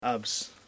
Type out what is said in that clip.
Abs